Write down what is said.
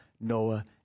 Noah